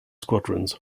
squadrons